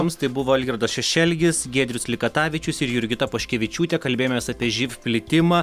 jums tai buvo algirdas šešelgis giedrius likatavičius ir jurgita poškevičiūtė kalbėjomės apie živ plitimą